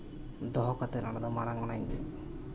ᱫᱚᱦᱚ ᱠᱟᱛᱮᱫ ᱚᱸᱰᱮ ᱫᱚ ᱢᱟᱲᱟᱝ ᱚᱱᱟᱧ